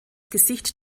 gesicht